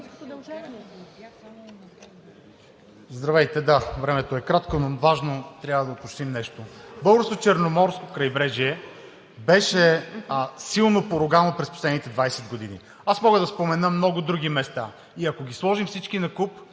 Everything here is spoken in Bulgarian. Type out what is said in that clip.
Здравейте! Да, времето е кратко, но е важно и трябва да уточним нещо. Българското Черноморско крайбрежие беше силно поругано през последните 20 години. Аз мога да спомена много други места и ако ги сложим всички накуп,